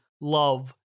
love